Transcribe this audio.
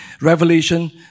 Revelation